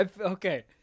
okay